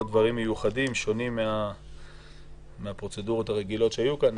דברים מיוחדים ושונים מהפרוצדורות שהיו כאן,